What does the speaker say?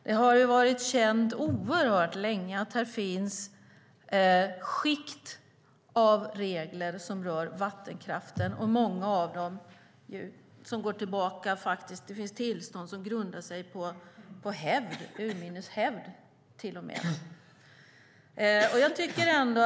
Det har varit känt oerhört länge att här finns skikt av regler som rör vattenkraften. Det finns till och med tillstånd som grundar sig på urminnes hävd.